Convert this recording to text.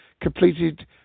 completed